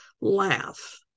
laugh